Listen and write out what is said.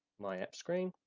my apps screen,